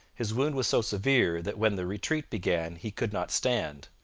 his wound was so severe that when the retreat began he could not stand.